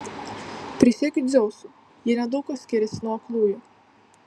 prisiekiu dzeusu jie nedaug kuo skiriasi nuo aklųjų